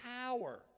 power